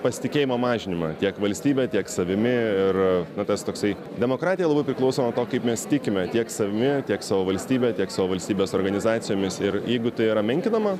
pasitikėjimo mažinimą tiek valstybe tiek savimi ir na tas toksai demokratija labai priklauso nuo to kaip mes tikime tiek savimi tiek savo valstybe tiek savo valstybės organizacijomis ir jeigu tai yra menkinama